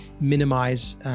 minimize